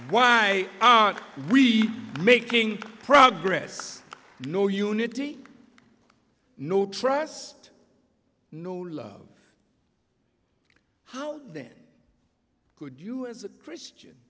why are we making progress no unity no trust no love how then could you as a christian